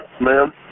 Ma'am